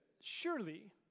surely